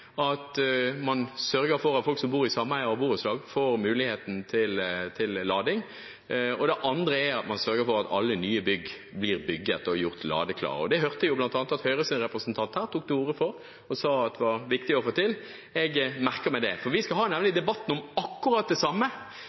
at man gjør to ting: Det ene er at man sørger for at folk som bor i sameie eller borettslag, får mulighet til å lade, og det andre er at man sørger for at alle nye bygg blir gjort ladeklare. Det hørte jeg at bl.a. Høyres representant tok til orde for og sa var viktig å få til. Jeg merker meg det, for vi skal nemlig ha en debatt om akkurat det samme